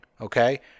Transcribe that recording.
Okay